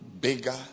bigger